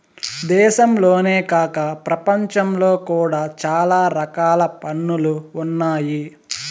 దేశంలోనే కాక ప్రపంచంలో కూడా చాలా రకాల పన్నులు ఉన్నాయి